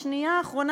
בשנייה האחרונה,